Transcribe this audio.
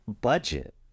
Budget